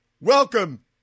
welcome